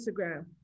Instagram